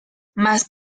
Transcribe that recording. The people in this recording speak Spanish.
más